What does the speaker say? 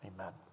Amen